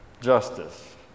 justice